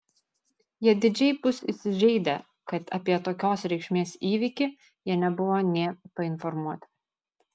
jie didžiai bus įsižeidę kad apie tokios reikšmės įvykį jie nebuvo nė painformuoti